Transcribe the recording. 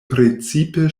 precipe